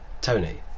Tony